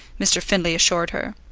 mr. findlay assured her.